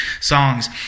songs